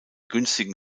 günstigen